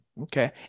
Okay